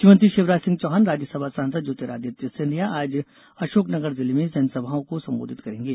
मुख्यमंत्री शिवराज सिंह चौहान राज्यसभा सांसद ज्यातिरादित्य सिंधिया आज अशोकनगर जिले में जनसभाओं को संबोधित करेंगे